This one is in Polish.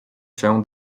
się